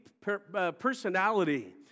personality